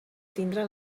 tindrà